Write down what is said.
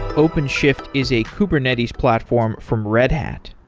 openshift is a kubernetes platform from red hat.